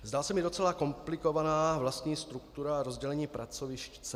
Zdá se mi docela komplikovaná vlastní struktura rozdělení pracovišť CERT.